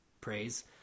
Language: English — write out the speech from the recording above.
praise